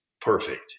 perfect